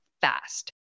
fast